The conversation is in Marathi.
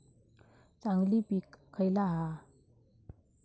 चांगली पीक खयला हा?